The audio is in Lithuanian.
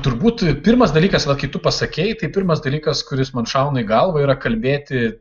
turbūt pirmas dalykas va kai tu pasakei tai pirmas dalykas kuris man šauna į galvą yra kalbėti